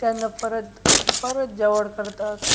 त्यांना परत परत जवळ करतात